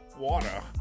water